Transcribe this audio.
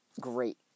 great